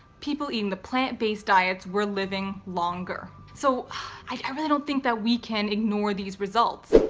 people eating the plant-based diets we're living longer. so i really don't think that we can ignore these results.